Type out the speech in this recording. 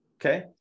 okay